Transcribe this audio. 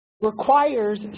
requires